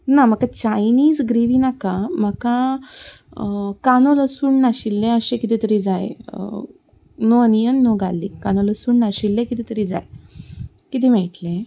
ना म्हाका Chinese gravy नाका म्हाका कानो लसून नाशिल्लें अशें किदें तरी जाय नो ओनियन नो गार्लीक कांदो लसून नाशिल्लें किदें तरी जाय कितें मेळटलें